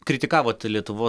kritikavot lietuvos